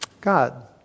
God